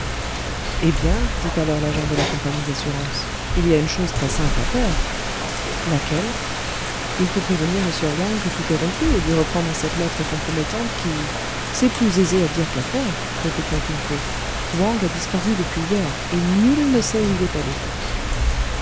eh bien dit alors l'agent de la compagnie d'assurances il y a une chose très simple à faire laquelle il faut prévenir le sieur wang que tout est rompu et lui reprendre cette lettre compromettante qui c'est plus aisé à dire qu'à faire répliqua kin fo wang a disparu depuis hier et nul ne sait où il est allé